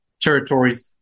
territories